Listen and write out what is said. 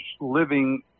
living